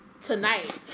Tonight